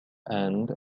end